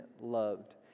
loved